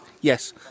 yes